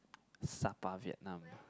sapa Vietnam